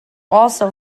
also